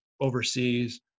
overseas